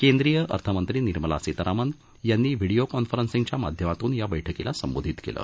केंद्रीय अर्थमंत्री निर्मला सीतारामन यांनी व्हिडियो कॉन्फरन्सिंगच्या माध्यमातून या बैठकीला संबोधित केलं